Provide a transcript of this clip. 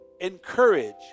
Encourage